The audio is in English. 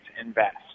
invest